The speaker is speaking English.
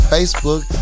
Facebook